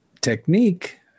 technique